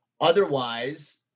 otherwise